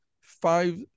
five